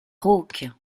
rauque